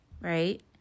right